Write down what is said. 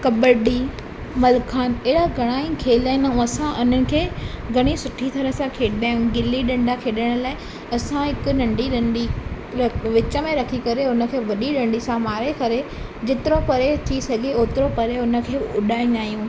कबडी मलखान अहिड़ा घणा ई खेल आहिनि ऐं असां इननि खे घणी सुठी तरह सां खेॾंदा गिली डंडा खेॾण लाइ असां हिकु नंढी ॾंडी विच में रखी करे उन खे वॾी ॾंडे सां मारे करे जेतिरो परे थी सघे ओतिरो परे उन खे उॾाईंदा आहियूं